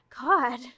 god